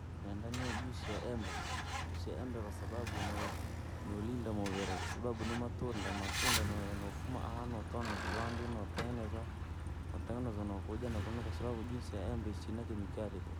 Nenda nywee juisi ya embe, juisi ya embe kwasababu inolinda muvere, kwasababu ni matunda matunda nui- nafumaa ahaa natwalaa nakiwandii notengezwa, notengeneza nukuja nuku nakunu kwasbabu juisi ya embe isina kemikali tukuu.